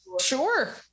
sure